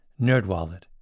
NerdWallet